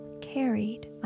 carried